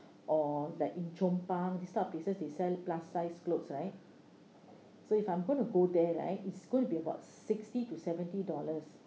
or like in chong pang this type of places they sell plus size clothes right so if I'm going to go there right it's going to be about sixty to seventy dollars